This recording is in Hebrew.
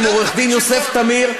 עם עורך-דין יוסף תמיר.